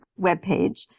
webpage